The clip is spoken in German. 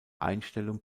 einstellung